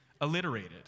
alliterated